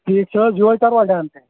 ٹھیٖک چھِ حظ یہَے کروا ڈَن